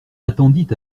attendit